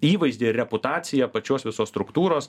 įvaizdį reputaciją pačios visos struktūros